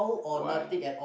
one